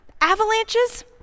avalanches